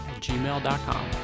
gmail.com